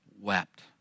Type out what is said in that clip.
wept